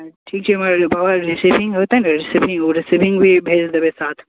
ठीक छै मगर बाबा रिसिविंग हेतय ने रिसिविंग ओ रिसिविंग भी भेज देबय साथ